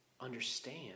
understand